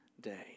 day